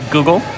Google